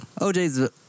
OJ's